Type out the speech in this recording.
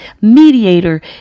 mediator